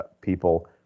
people